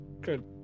Good